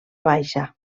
baixa